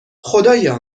خدایا